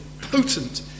potent